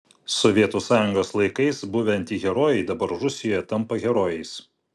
sovietų sąjungos laikais buvę antiherojai dabar rusijoje tampa herojais